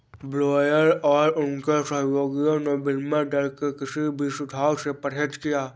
Blair और उनके सहयोगियों ने विनिमय दर के किसी भी सुझाव से परहेज किया